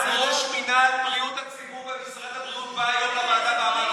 סגן ראש מינהל בריאות הציבור במשרד הבריאות בא היום לוועדה ואמר את זה.